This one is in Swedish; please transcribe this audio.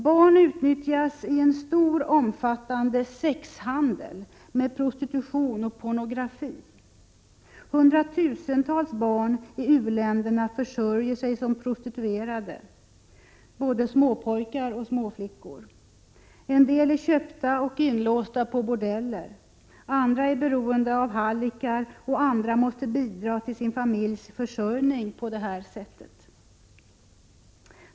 Barn utnyttjas i en stor och omfattande sexhandel med prostitution och pornografi. Hundratusentals barn i u-länderna försörjer sig som prostituerade — det rör sig om både småpojkar och småflickor. En del är köpta och inlåsta på bordeller, andra är beroende av hallickar och en del måste bidra till sin familjs försörjning på detta sätt.